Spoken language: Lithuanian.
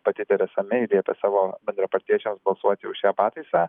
pati teresa mei liepė savo bendrapartiečiams balsuoti už šią pataisą